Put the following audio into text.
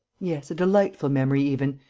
yes, a delightful memory even.